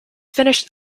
finished